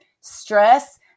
stress